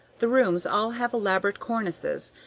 the rooms all have elaborate cornices,